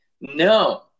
No